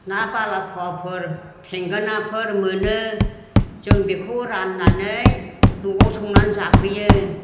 ना बालाखावाफोर थेंगोनाफोर मोनो जों बेखौ राननानै न'आव संनानै जाफैयो